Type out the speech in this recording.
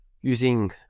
using